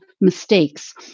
mistakes